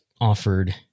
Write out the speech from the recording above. offered